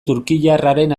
turkiarraren